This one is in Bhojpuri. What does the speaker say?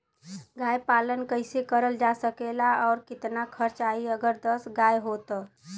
गाय पालन कइसे करल जा सकेला और कितना खर्च आई अगर दस गाय हो त?